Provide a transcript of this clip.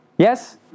Yes